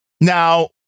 Now